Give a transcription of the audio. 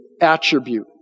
attribute